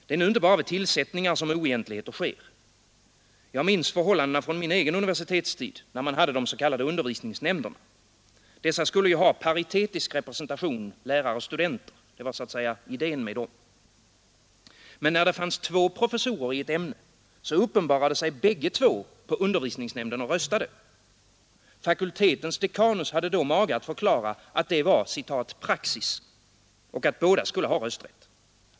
Det är nu inte bara vid tillsättningar som oegentligheter sker. Jag minns förhållandena från min egen universitetstid, när man hade de s.k. undervisningsnämnderna. Dessa skulle ju ha paritetisk representation lärare—studenter. Det var så att säga idén med dem. Men när det fanns två professorer i ett ämne, uppenbarade sig bägge två på undervisningsnämnden och röstade. Fakultetens dekanus hade då mage att förklara att det var ”praxis” och att båda skulle ha rösträtt.